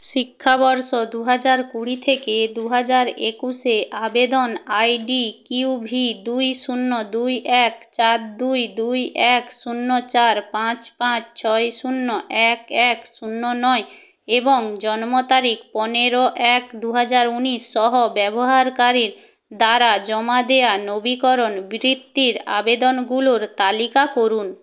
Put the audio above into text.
শিক্ষাবর্ষ দু হাজার কুড়ি থেকে দু হাজার একুশে আবেদন আই ডি কিউ ভি দুই শূন্য দুই এক চার দুই দুই এক শূন্য চার পাঁচ পাঁচ ছয় শূন্য এক এক শূন্য নয় এবং জন্ম তারিক পনেরো এক দু হাজার উনিশ সহ ব্যবহারকারীর দ্বারা জমা দেয়া নবীকরণ বৃত্তির আবেদনগুলোর তালিকা করুন